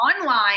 online